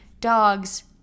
dogs